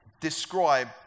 describe